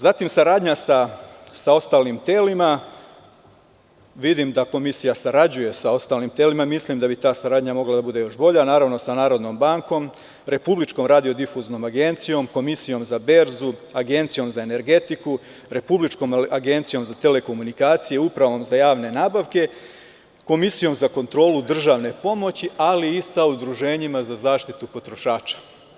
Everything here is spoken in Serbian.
Zatim, saradnja sa ostalim telima, vidim da komisija sarađuje sa ostalim telima i mislim da bi ta saradnja mogla da bude još bolja, naravno sa Narodnom bankom, Republičkom radio difuznom agencijom, Komisijom za berzu, Agencijom za energetiku, Republičkom agencijom za telekomunikacije, Upravom za javne nabavke, Komisijom za kontrolu državne pomoći, ali i sa udruženjima za zaštitu potrošača.